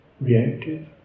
reactive